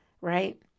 Right